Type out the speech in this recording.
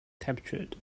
captured